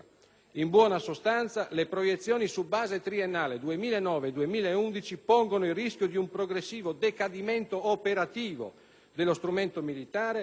In buona sostanza, le proiezioni su base triennale 2009-2011 pongono il rischio di un progressivo decadimento operativo dello strumento militare,